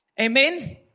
Amen